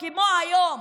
כמו היום.